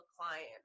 client